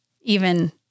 even-